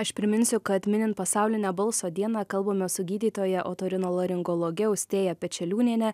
aš priminsiu kad minint pasaulinę balso dieną kalbame su gydytoja otorinolaringologe austėja pečeliūniene